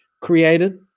created